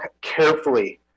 carefully